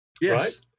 Yes